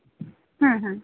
হুম হুম